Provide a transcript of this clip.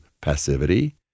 passivity